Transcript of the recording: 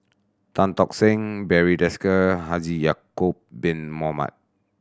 Tan Tock Seng Barry Desker Haji Ya'acob Bin Mohamed